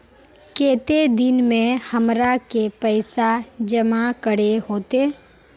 केते दिन में हमरा के पैसा जमा करे होते?